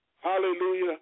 Hallelujah